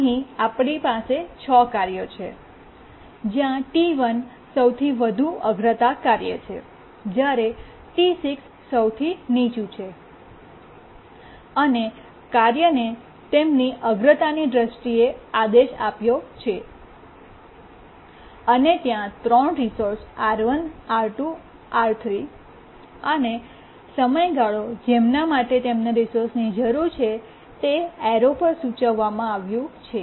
અહીં આપણી પાસે 6 કાર્યો છે જ્યાં T1 સૌથી વધુ અગ્રતા કાર્ય છે જ્યારે T6 સૌથી નીચું છે અને કાર્યને તેમની અગ્રતાની દ્રષ્ટિએ આદેશ આપ્યો છે અને ત્યાં 3 રિસોર્સ R1R2 R3 અને સમયગાળો જેમના માટે તેમને રિસોર્સની જરૂર છે તે એરો પર સૂચવવામાં આવ્યું છે